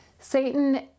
Satan